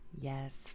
Yes